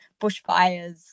bushfires